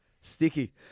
Sticky